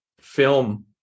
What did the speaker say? film